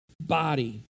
body